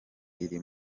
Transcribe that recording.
iri